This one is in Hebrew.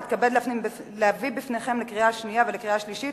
אתכבד להביא בפניכם לקריאה שנייה ולקריאה שלישית